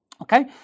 Okay